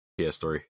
PS3